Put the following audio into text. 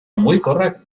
mugikorrak